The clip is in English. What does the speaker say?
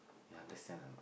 younger son